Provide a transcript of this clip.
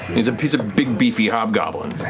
he's he's a big, beefy hobgoblin